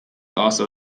also